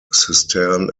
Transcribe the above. cistern